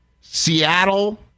Seattle